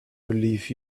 believe